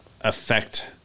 affect